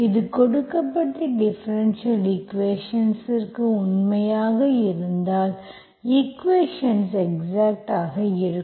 இது கொடுக்கப்பட்ட டிஃபரென்ஷியல் ஈக்குவேஷன்ஸ்ற்கு உண்மையாக இருந்தால் ஈக்குவேஷன்ஸ் எக்ஸாக்ட் ஆக இருக்கும்